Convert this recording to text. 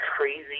crazy